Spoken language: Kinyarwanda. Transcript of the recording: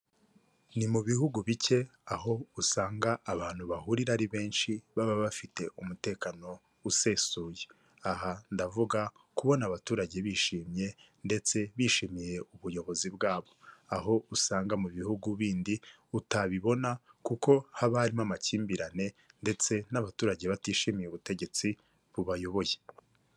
Ni mu bihugu bike aho usanga abantu bahurira ari benshi baba bafite umutekano usesuye. Aha ndavuga kubona abaturage bishimye ndetse bishimiye ubuyobozi bwabo aho usanga mu bihugu bindi utabibona kuko haba harimo amakimbirane ndetse n'abaturage batishimiye ubutegetsi bubayoboye.